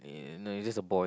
uh no it's just a boy